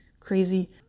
crazy